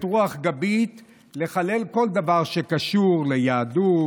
רוח גבית לחלל כל דבר שקשור ליהדות,